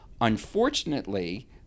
Unfortunately